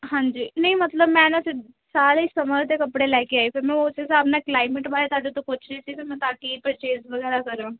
ਹਾਂਜੀ ਨਹੀਂ ਮਤਲਬ ਮੈਂ ਨਾ ਸਿੱਧ ਸਾਰੇ ਹੀ ਸਮਰ ਦੇ ਕੱਪੜੇ ਲੈ ਕੇ ਆਈ ਫਿਰ ਮੈਂ ਉਸ ਹਿਸਾਬ ਨਾਲ ਕਲਾਈਮੇਟ ਬਾਰੇ ਤੁਹਾਡੇ ਤੋਂ ਪੁੱਛ ਰਹੀ ਸੀ ਫਿਰ ਮੈਂ ਤਾਂ ਕੀ ਪਰਚੇਸ ਵਗੈਰਾ ਕਰਾਂ